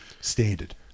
standard